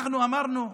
אנחנו אמרנו: